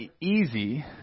easy